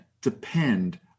depend